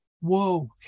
Whoa